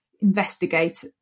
investigate